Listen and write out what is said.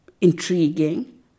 intriguing